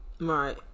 Right